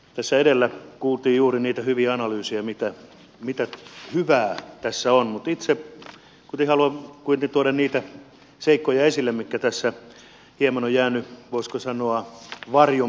tässä edellä kuultiin juuri niitä hyviä analyysejä mitä hyvää tässä on mutta itse kuitenkin haluan tuoda niitä seikkoja esille mitkä tässä hieman ovat jääneet voisiko sanoa varjon puolelle